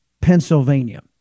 Pennsylvania